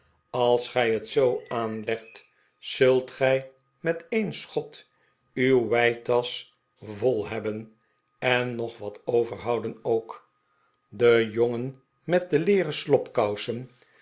als gij het zoo aanlegt zult gij met een schot uw weitasch vol hebben en nog wat overhouden ook de jongen met de leeren